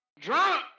drunk